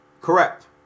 Correct